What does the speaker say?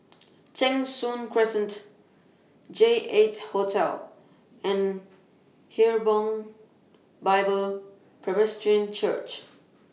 Cheng Soon Crescent J eight Hotel and Hebron Bible Presbyterian Church